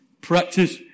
practice